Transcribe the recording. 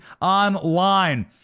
online